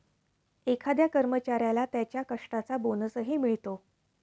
एखाद्या कर्मचाऱ्याला त्याच्या कष्टाचा बोनसही मिळतो